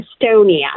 estonia